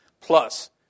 plus